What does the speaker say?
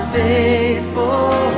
faithful